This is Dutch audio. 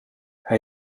hij